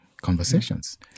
conversations